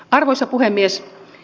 arvoisa puhemies